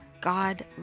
God